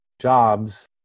jobs